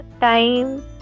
time